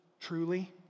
truly